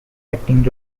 acting